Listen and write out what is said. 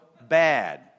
bad